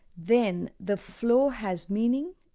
then the flow has meaning,